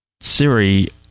Siri